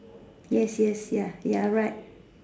yes yes ya you're right